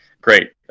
great